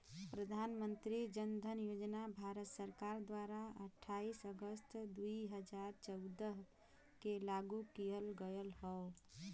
प्रधान मंत्री जन धन योजना भारत सरकार द्वारा अठाईस अगस्त दुई हजार चौदह के लागू किहल गयल हौ